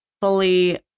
fully